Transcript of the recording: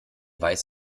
weiß